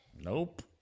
Nope